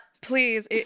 Please